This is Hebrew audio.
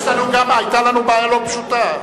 היתה לנו בעיה לא פשוטה.